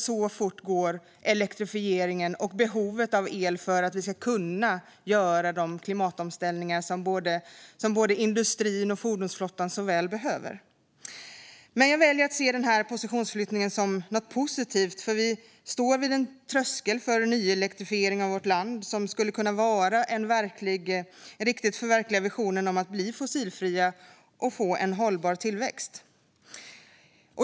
Så fort går nämligen elektrifieringen, och så fort ökar behovet av el för att vi ska kunna göra de klimatomställningar som så väl behövs inom både industrin och fordonsflottan. Men jag väljer att se denna positionsförflyttning som något positivt, för vi står vid tröskeln till en nyelektrifiering av vårt land som på riktigt skulle kunna förverkliga visionen om att vi ska bli fossilfria och få en hållbar tillväxt.